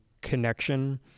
connection